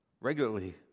regularly